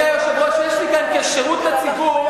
אדוני היושב-ראש, יש לי כאן, כשירות לציבור,